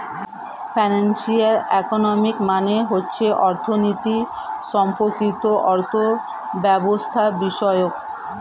financial economics মানে হচ্ছে অর্থনীতি সম্পর্কিত অর্থব্যবস্থাবিষয়ক